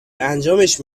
انجامش